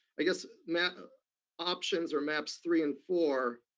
i guess map options, or maps three and four